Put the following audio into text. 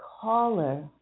caller